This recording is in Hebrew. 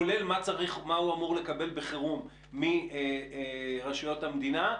כולל מה הוא אמור לקבל בחירום מרשויות המדינה,